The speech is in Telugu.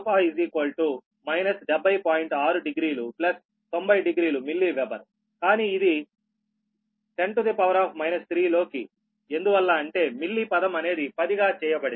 60 900 మిల్లీ వెబెర్కానీ ఇది 10 3 లోకి ఎందువల్ల అంటే మిల్లీ పదం అనేది 10 గా చేయబడింది